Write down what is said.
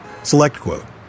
SelectQuote